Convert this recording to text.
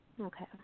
okay